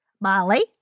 Molly